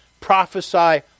prophesy